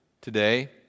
today